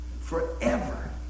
Forever